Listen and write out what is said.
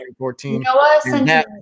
2014